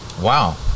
wow